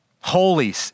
Holy